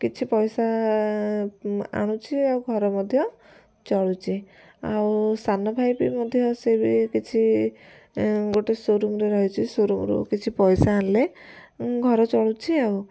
କିଛି ପଇସା ଆଣୁଚି ଆଉ ଘର ମଧ୍ୟ ଚଳୁଛି ଆଉ ସାନ ଭାଇ ବି ମଧ୍ୟ ସେ ବି କିଛି ଗୋଟେ ସୋରୁମ୍ରେ ରହିଛି ସୋରୁମ୍ରୁ କିଛି ପଇସା ଆଣିଲେ ଘର ଚଳୁଛି ଆଉ